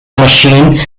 machine